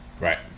Right